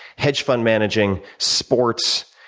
hedge fund managing, sports,